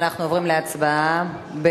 הצעת הסיכום שהביא חבר הכנסת יעקב כץ לא נתקבלה.